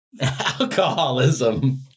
Alcoholism